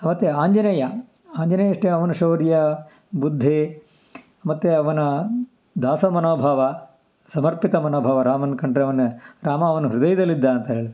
ಅವತ್ತೆ ಆಂಜನೇಯ ಆಂಜನೇಯ ಅಷ್ಟೇ ಅವನ ಶೌರ್ಯ ಬುದ್ಧಿ ಮತ್ತೆ ಅವನ ದಾಸ ಮನೋಭಾವ ಸಮರ್ಪಿತ ಮನೋಭಾವ ರಾಮನ ಕಂಡರೆ ಅವನ ರಾಮ ಅವನ ಹೃದಯದಲ್ಲಿದ್ದ ಅಂಥರೇಳಿ